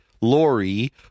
Lori